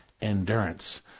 endurance